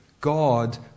God